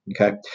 Okay